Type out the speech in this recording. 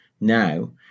Now